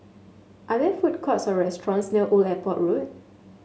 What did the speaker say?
are there food courts or restaurants near Old Airport Road